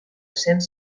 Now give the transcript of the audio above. cents